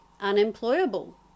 unemployable